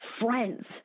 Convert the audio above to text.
friends